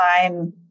time